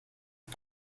dem